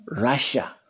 Russia